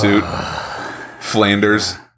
Flanders